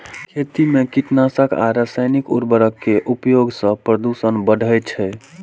खेती मे कीटनाशक आ रासायनिक उर्वरक के उपयोग सं प्रदूषण बढ़ै छै